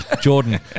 Jordan